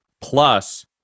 plus